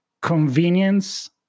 convenience